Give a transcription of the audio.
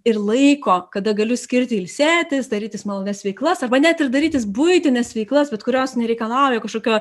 ir laiko kada galiu skirti ilsėtis darytis malonias veiklas arba net ir darytis buitines veiklas kurios nereikalauja kažkokio